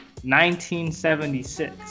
1976